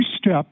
step